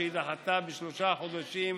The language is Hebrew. שדחתה בשלושה חודשים,